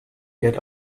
get